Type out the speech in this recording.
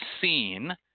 seen